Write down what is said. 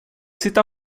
sitta